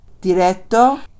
Diretto